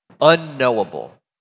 unknowable